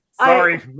Sorry